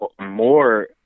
more